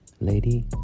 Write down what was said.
Lady